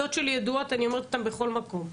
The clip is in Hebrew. העמדות שלי ידועות אני אומרת אותן בכל מקום.